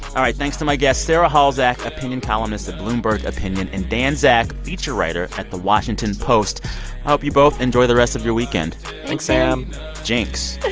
all right. thanks to my guests sarah halzack, opinion columnist at bloomberg opinion, and dan zak, feature writer at the washington post. i hope you both enjoy the rest of your weekend like sam jinx